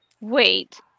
wait